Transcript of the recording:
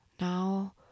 now